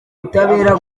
butabera